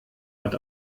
hat